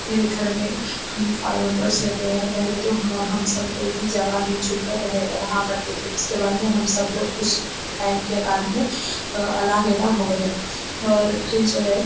میرے گھر میں ہم فائو میمبرس رہتے ہیں پہلے تو ہم سب ایک ہی جگہ مل جل کر رہے رہا کرتے تھے اس کے بعد میں ہم سب لوگ کچھ ٹائم کے بعد میں علاحدہ ہو گئے ہیں اور پھر جو ہے